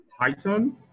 Python